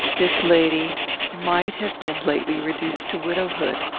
this lady might have been lately reduced to widowhood.